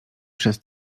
przez